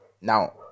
now